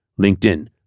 LinkedIn